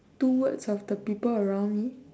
two words of the people around me